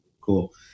Cool